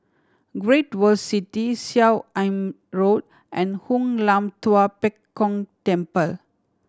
Great World City Seah Im Road and Hoon Lam Tua Pek Kong Temple